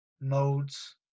modes